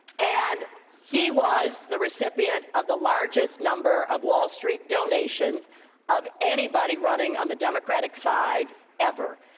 and he was the recipient of the largest number of wall street donations of anybody running on the democratic side ever.